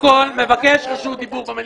אני מבקש רשות דיבור במליאה.